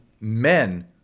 men